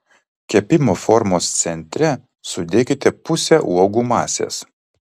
kepimo formos centre sudėkite pusę uogų masės